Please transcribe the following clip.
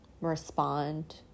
respond